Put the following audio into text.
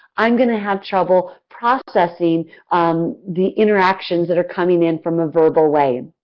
i'm going to have trouble processing um the interactions that are coming in from a verbal way.